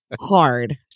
hard